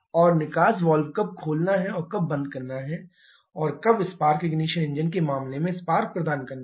और निकास वाल्व कब खोलना है और कब बंद करना है और कब स्पार्क इग्निशन इंजन के मामले में स्पार्क प्रदान करना है